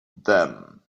them